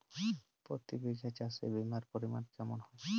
প্রতি বিঘা চাষে বিমার পরিমান কেমন হয়?